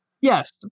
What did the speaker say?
Yes